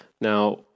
Now